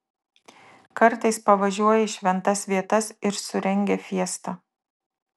kartais pavažiuoja į šventas vietas ir surengia fiestą